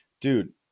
dude